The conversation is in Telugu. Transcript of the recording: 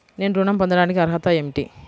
నేను ఋణం పొందటానికి అర్హత ఏమిటి?